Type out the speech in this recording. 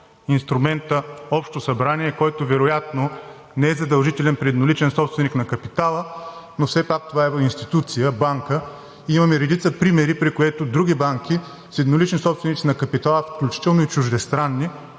инструмента Общо събрание, който, вероятно, не е задължителен при едноличен собственик на капитала, но все пак това е институция – банка. Имаме редица примери, при които други банки с еднолични собственици на капитала, включително и чуждестранни,